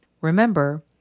Remember